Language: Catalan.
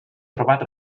trobat